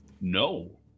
No